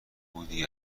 بودی